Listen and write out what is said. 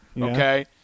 okay